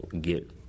get –